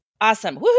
Awesome